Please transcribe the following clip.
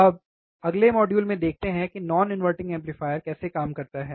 अब अगले मॉड्यूल में देखते हैं कि नॉन इनवर्टिंग एम्पलीफायर कैसे काम करेगा